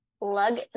lug